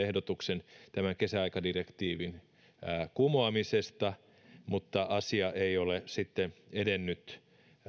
ehdotuksen tämän kesäaikadirektiivin kumoamisesta mutta asia ei ole edennyt